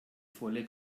volle